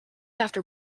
after